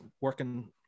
working